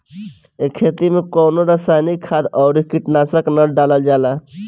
ए खेती में कवनो रासायनिक खाद अउरी कीटनाशक ना डालल जाला